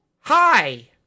Hi